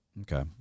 Okay